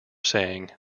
saying